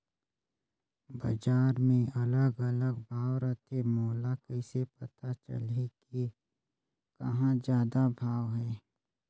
बजार मे अलग अलग भाव रथे, मोला कइसे पता चलही कि कहां जादा भाव हे?